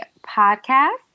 Podcast